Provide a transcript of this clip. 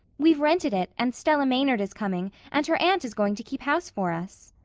we've rented it, and stella maynard is coming, and her aunt is going to keep house for us.